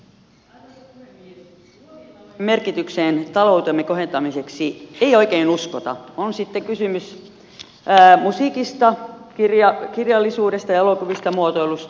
luovien alojen merkitykseen taloutemme kohentamiseksi ei oikein uskota on sitten kysymys musiikista kirjallisuudesta elokuvista tai muotoilusta